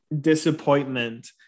disappointment